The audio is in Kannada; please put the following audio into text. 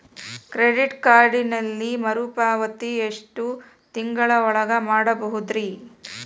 ಕ್ರೆಡಿಟ್ ಕಾರ್ಡಿನಲ್ಲಿ ಮರುಪಾವತಿ ಎಷ್ಟು ತಿಂಗಳ ಒಳಗ ಮಾಡಬಹುದ್ರಿ?